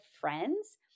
friends